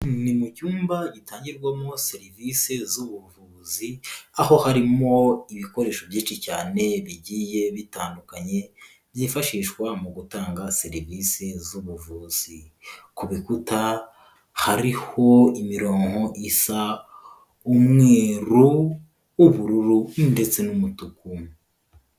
Ni mu cyumba gitangirwamo serivisi z'ubuvuzi, aho harimo ibikoresho byinshi cyane bigiye bitandukanye, byifashishwa mu gutanga serivisi z'ubuvuzi. Ku bikuta hariho imirongo isa umweru, ubururu ndetse n'umutuku.